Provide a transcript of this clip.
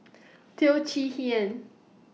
Teo Chee Hean